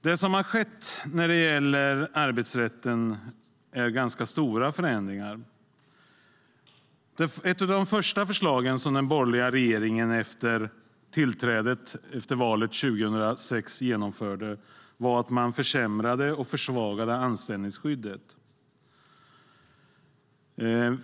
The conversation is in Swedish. Det har skett ganska stora förändringar i arbetsrätten. Ett av de första förslagen som den borgerliga regeringen genomförde efter tillträdet 2006 var att man försämrade och försvagade anställningsskyddet.